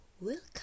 Welcome